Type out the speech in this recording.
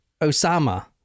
Osama